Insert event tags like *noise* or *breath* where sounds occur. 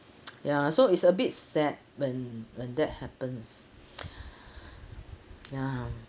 ya so is a bit sad when when that happens *breath* ya